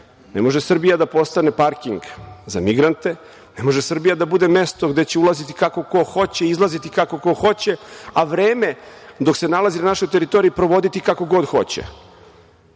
Ne može Srbija da postane parking za migrante. Ne može Srbija da bude mesto gde će ulaziti kako ko hoće i izlaziti kako ko hoće, a vreme dok se nalazi na našoj teritoriji voditi kako god hoće.